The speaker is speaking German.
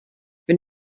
wenn